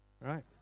right